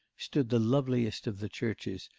stood the loveliest of the churches,